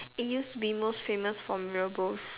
it used to be most famous for Mee-Rebus